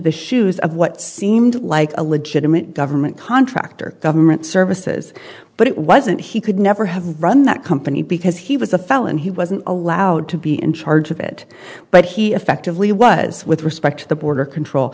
the shoes of what seemed like a legitimate government contractor government services but it wasn't he could never have run that company because he was a felon he wasn't allowed to be in charge of it but he effectively was with respect to the border control